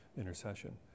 intercession